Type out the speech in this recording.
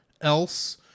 else